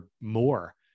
more